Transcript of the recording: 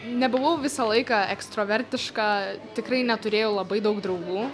nebuvau visą laiką ekstrovertiška tikrai neturėjau labai daug draugų